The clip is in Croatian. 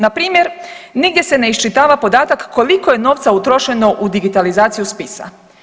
Npr. nigdje se ne iščitava podatak koliko je novca utrošeno u digitalizaciju spisa.